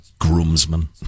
groomsmen